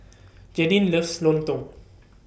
Jaydin loves Lontong